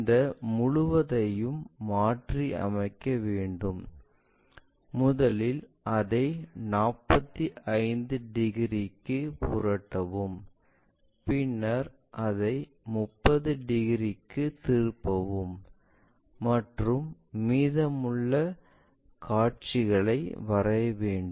இந்த முழுவதையும் மாற்றியமைக்க வேண்டும் முதலில் அதை 45 டிகிரிக்கு புரட்டவும் பின்னர் அதை 30 டிகிரிக்குத் திருப்பவும் மற்றும் மீதமுள்ள காட்சிகளை வரைய வேண்டும்